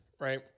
right